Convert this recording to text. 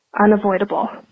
unavoidable